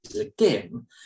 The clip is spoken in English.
again